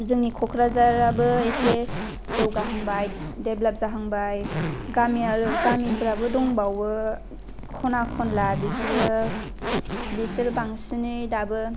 जोंनि कक्राझाराबो इसे जौगाहांबाय देभलप जाहांबाय गामि आरो गामिफोराबो दंबावो खना खनला बिसोरो बिसोरो बांसिनै दाबो